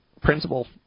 principal